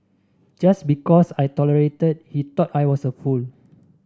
just because I tolerated he thought I was a fool